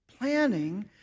planning